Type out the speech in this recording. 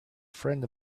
friend